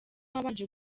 wabanje